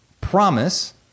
promise